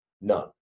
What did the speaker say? None